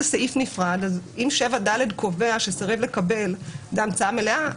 סעיף נפרד אם 7(ד) קובע שסירב לקבל זו המצאה מלאה,